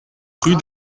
rue